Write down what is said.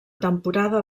temporada